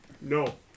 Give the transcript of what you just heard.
No